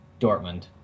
Dortmund